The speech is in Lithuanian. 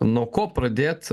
nuo ko pradėt